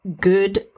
good